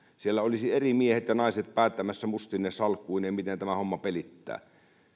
siellä olisivat eri miehet ja naiset päättämässä mustine salkkuineen miten tämä homma pelittää